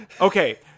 Okay